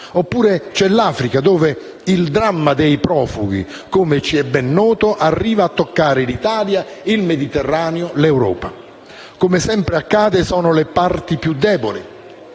Oppure c'è l'Africa, dove il dramma dei profughi - come ci è ben noto - arriva a toccare l'Italia, il Mediterraneo, l'Europa. Come sempre accade, sono le parti più deboli